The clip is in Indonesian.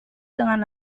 dengan